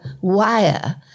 wire